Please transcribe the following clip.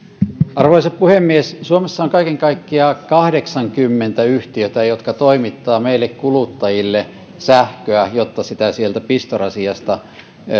arvoisa puhemies suomessa on kaiken kaikkiaan kahdeksankymmentä yhtiötä jotka toimittavat meille kuluttajille sähköä jotta sitä sieltä pistorasiasta